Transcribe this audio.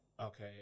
Okay